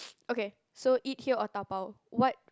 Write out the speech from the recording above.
okay so eat here or dabao what